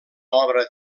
obra